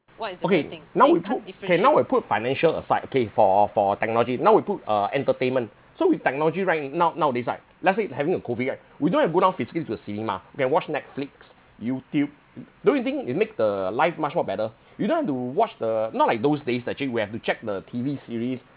okay now we put okay now we put financial aside okay for for technology now we put uh entertainment so with technology right now nowadays like let's say having a COVID right we don't have to go down physically to a cinema we can watch netflix youtube don't you think it make the life much more better you don't want have to watch the not like those days actually we have to check the T_V series